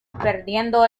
perdiendo